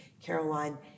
Caroline